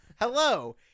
Hello